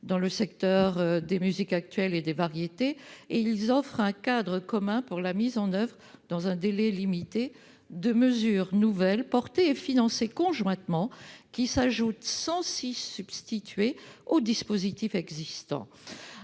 dans le secteur des musiques actuelles et des variétés. Ils offrent un cadre commun pour la mise en oeuvre, dans un délai limité, de mesures nouvelles portées et financées conjointement, qui s'ajoutent, sans s'y substituer, aux dispositifs existants.